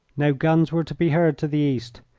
no guns were to be heard to the east.